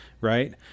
Right